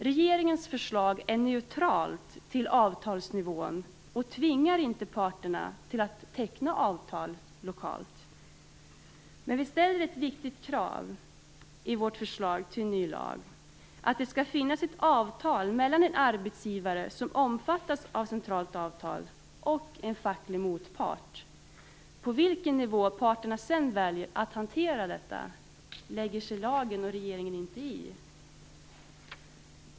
Regeringens förslag är neutralt till avtalsnivån och tvingar inte parterna att teckna avtal lokalt. Men vi ställer ett viktigt krav i vårt förslag till ny lag, och det är att det skall finnas ett avtal mellan en arbetsgivare som omfattas av centralt avtal och en facklig motpart. På vilken nivå parterna sedan väljer att hantera detta lägger sig inte lagen och regeringen i.